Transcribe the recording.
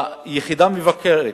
כיחידה מבקרת,